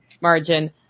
margin